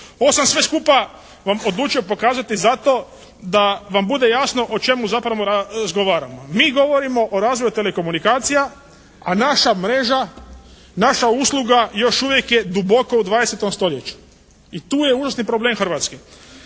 Ovo sam sve skupa vam odlučio pokazati zato da vam bude jasno o čemu zapravo razgovaramo. Mi govorimo o razvoju telekomunikacija, a naša mreža, naša usluga još uvijek je duboko u 20. stoljeću i tu je unosni problem Hrvatske.